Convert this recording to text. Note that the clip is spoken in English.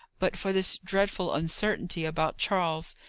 but for this dreadful uncertainty about charles.